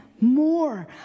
more